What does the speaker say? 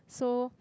so